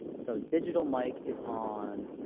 so digital mike is on